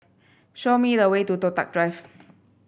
show me the way to Toh Tuck Drive